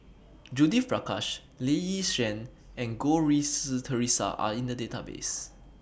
Judith Prakash Lee Yi Shyan and Goh Rui Si Theresa Are in The Database